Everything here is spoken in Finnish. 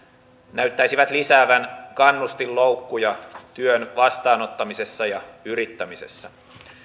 näyttäisivät lisäävän kannustinloukkuja työn vastaanottamisessa ja yrittämisessä